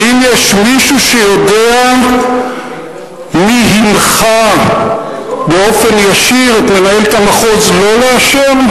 האם יש מישהו שיודע מי הנחה באופן ישיר את מנהלת המחוז לא לאשר?